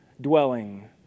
dwelling